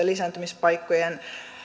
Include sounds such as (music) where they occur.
(unintelligible) lisääntymispaikkojen